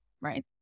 right